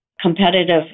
competitive